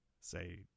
say